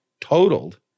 totaled